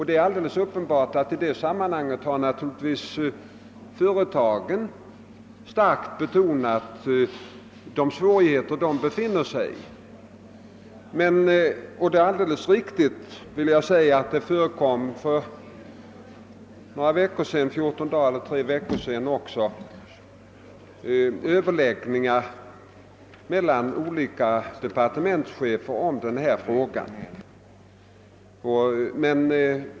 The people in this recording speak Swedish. Det är uppenbart att företagen i det sammanhanget starkt betonat de svårigheter de befinner sig i. Det är riks tigt att det för två eller tre veckor sedan förekom överläggningar mellan olika departementschefer om just den här frågan.